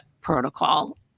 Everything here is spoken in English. protocol